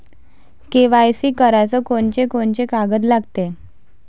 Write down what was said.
KYC कराच कोनचे कोनचे कागद लागते?